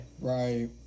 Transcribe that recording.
Right